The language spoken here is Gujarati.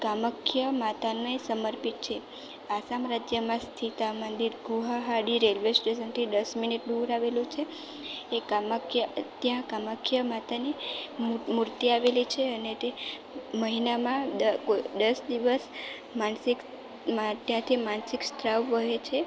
કામાખ્ય માતાને સમર્પિત છે આસામ રાજ્યમાં સ્થિત આ મંદિર ગુહાહાડી રેલવે સ્ટેશનથી દસ મિનિટ દૂર આવેલું છે એ કામાખ્ય ત્યાં કામાખ્ય માતાની મૂર્તિ આવેલી છે અને તે મહિનામાં દ દ દસ દિવસ માનસિક ત્યાંથી માનસિક સ્ત્રાવ વહે છે